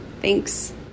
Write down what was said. Thanks